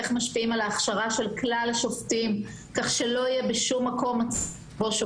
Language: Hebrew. איך משפיעים על ההכשרה של כלל השופטים כך שלא יהיה בשום מקום שופט